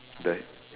the